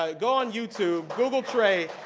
ah go on youtube, google tray.